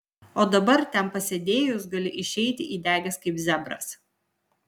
o dabar ten pasėdėjus gali išeiti įdegęs kaip zebras